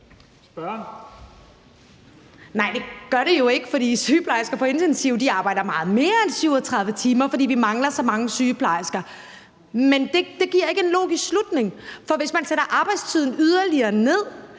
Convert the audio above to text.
Nej, det gør det jo ikke, for sygeplejersker på intensiv arbejder meget mere end 37 timer, fordi vi mangler så mange sygeplejersker. Men det giver ikke en logisk slutning. For hvis man sætter arbejdstiden yderligere ned,